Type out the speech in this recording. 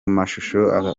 mashusho